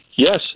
Yes